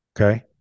Okay